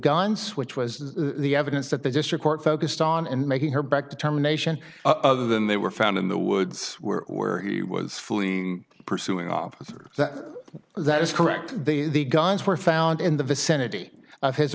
guns which was the evidence that the district court focused on in making her back determination other than they were found in the woods were where he was fleeing pursuing officer that that is correct the guns were found in the vicinity of his